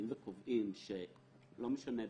שקובעים שלא משנה,